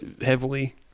heavily